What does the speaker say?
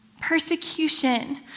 Persecution